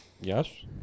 Yes